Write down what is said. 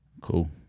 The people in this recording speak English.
Cool